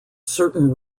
certain